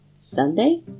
Sunday